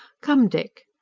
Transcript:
come, dick!